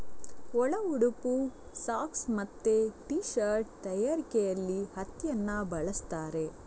ಒಳ ಉಡುಪು, ಸಾಕ್ಸ್ ಮತ್ತೆ ಟೀ ಶರ್ಟ್ ತಯಾರಿಕೆಯಲ್ಲಿ ಹತ್ತಿಯನ್ನ ಬಳಸ್ತಾರೆ